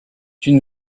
une